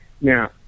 Now